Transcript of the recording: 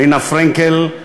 רינה פרנקל,